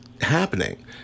happening